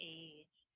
age